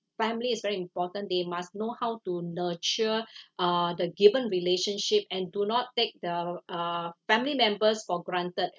family is very important they must know how to nurture uh the given relationship and do not take the uh family members for granted